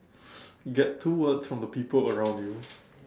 get two words from the people around you